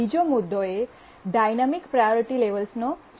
બીજો મુદ્દો એ ડાયનામિક પ્રાયોરિટી લેવેલ્સનો છે